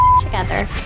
together